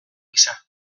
gisa